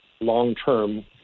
long-term